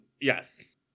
Yes